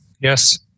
Yes